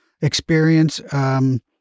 experience